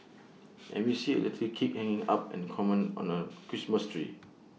and we see A little kid hanging up an ornament on A Christmas tree